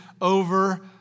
over